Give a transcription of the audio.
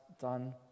done